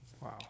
Wow